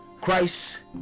Christ